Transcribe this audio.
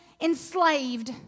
enslaved